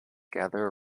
gather